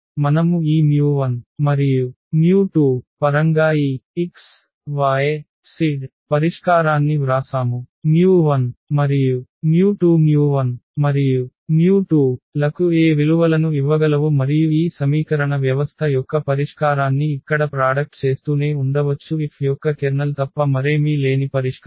మనము ఈ 1 మరియు 2 పరంగా ఈ x y z పరిష్కారాన్ని వ్రాసాము 1 మరియు 2 1 మరియు 2 లకు ఏ విలువలను ఇవ్వగలవు మరియు ఈ సమీకరణ వ్యవస్థ యొక్క పరిష్కారాన్ని ఇక్కడ ప్రాడక్ట్ చేస్తూనే ఉండవచ్చు F యొక్క కెర్నల్ తప్ప మరేమీ లేని పరిష్కారం